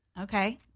Okay